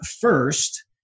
first